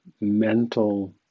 mental